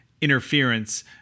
interference